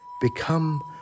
become